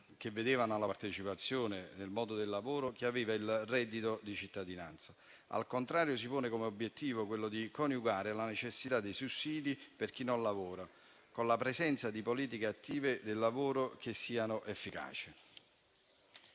che vedevano la partecipazione nel mondo del lavoro che aveva il reddito di cittadinanza. Al contrario, si pone come obiettivo quello di coniugare la necessità dei sussidi per chi non lavora con la presenza di politiche attive del lavoro che siano efficaci.